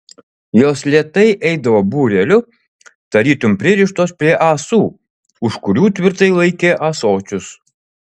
jos lėtai eidavo būreliu tarytum pririštos prie ąsų už kurių tvirtai laikė ąsočius